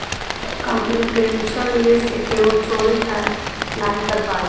computational निवेश से केहू चोरी तअ नाही कर पाई